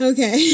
Okay